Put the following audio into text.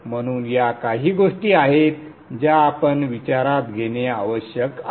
म्हणून या काही गोष्टी आहेत ज्या आपण विचारात घेणे आवश्यक आहे